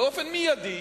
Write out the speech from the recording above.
באופן מיידי